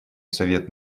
совет